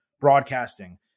broadcasting